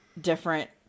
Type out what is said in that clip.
different